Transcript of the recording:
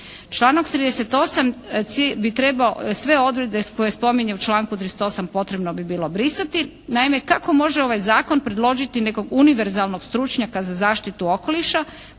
Članak 38. bi trebao sve odredbe koje spominje u članku 38. potrebno bi bilo brisati. Naime, kako može ovaj zakon predložiti nekog univerzalnog stručnjaka za zaštitu okoliša